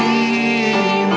and